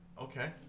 Okay